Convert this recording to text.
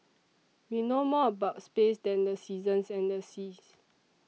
we know more about space than the seasons and the seas